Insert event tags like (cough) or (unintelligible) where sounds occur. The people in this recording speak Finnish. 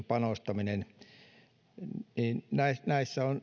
(unintelligible) panostaminen näissä näissä on